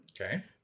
Okay